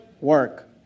work